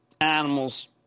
animals